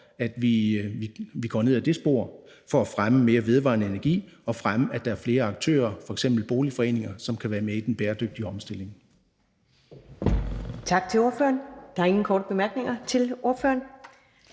at vi går ned ad det spor for at fremme mere vedvarende energi og fremme, at der er flere aktører, f.eks. boligforeninger, som kan være med i den bæredygtige omstilling. Kl. 11:39 Første næstformand (Karen Ellemann): Tak til ordføreren.